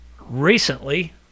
Recently